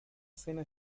cena